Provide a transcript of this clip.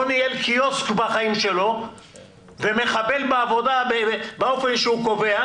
בחיים שלו לא ניהל קיוסק ומחבל בעבודה באופן שהוא קובע.